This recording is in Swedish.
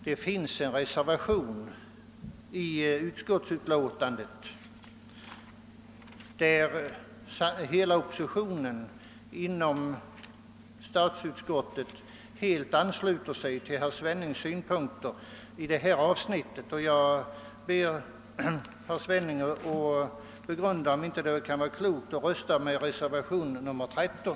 Det finns en reservation till utskottsutlåtandet, i vilken hela oppositionen inom statsutskottet helt ansluter sig till herr Svennings synpunkter i detta avsnitt, och jag ber herr Svenning begrunda, om det inte kunde vara klokt att rösta för reservationen 13.